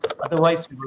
otherwise